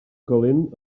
calent